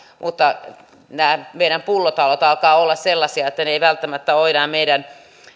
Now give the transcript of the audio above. mutta nämä meidän pullotalot alkavat olla sellaisia että ne eivät välttämättä ole enää meidän